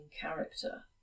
character